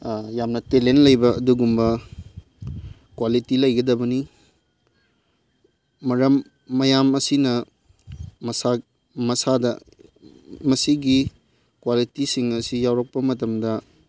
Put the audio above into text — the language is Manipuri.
ꯌꯥꯝꯅ ꯇꯦꯂꯦꯟ ꯂꯩꯕ ꯑꯗꯨꯒꯨꯝꯕ ꯀ꯭ꯋꯥꯂꯤꯇꯤ ꯂꯩꯒꯗꯕꯅꯤ ꯃꯔꯝ ꯃꯌꯥꯝ ꯑꯁꯤꯅ ꯃꯁꯥ ꯃꯁꯥꯗ ꯃꯁꯤꯒꯤ ꯛ꯭ꯋꯥꯂꯤꯇꯤꯁꯤꯡ ꯑꯁꯤ ꯌꯥꯎꯔꯛꯄ ꯃꯇꯝꯗ